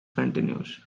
continues